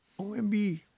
OMB